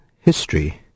history